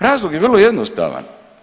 Razlog je vrlo jednostavan.